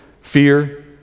fear